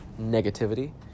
negativity